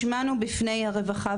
השמענו בפני הרווחה.